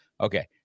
Okay